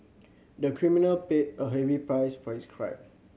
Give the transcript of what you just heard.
the criminal paid a heavy price for his crime